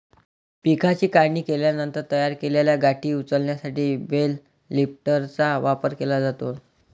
पिकाची काढणी केल्यानंतर तयार केलेल्या गाठी उचलण्यासाठी बेल लिफ्टरचा वापर केला जातो